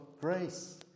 grace